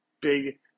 big